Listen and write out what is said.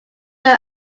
your